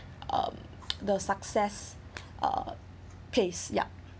um the success uh pace ya